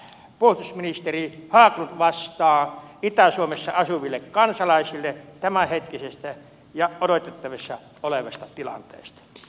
mitä puolustusministeri haglund vastaa itä suomessa asuville kansalaisille tämänhetkisestä ja odotettavissa olevasta tilanteesta